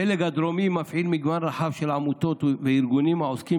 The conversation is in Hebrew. הפלג הדרומי מפעיל מגוון רחב של עמותות וארגונים העוסקים